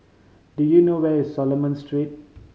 do you know where is Coleman Street